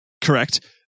Correct